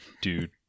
dude